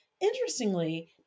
Interestingly